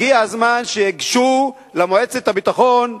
הגיע הזמן שייגשו למועצת הביטחון,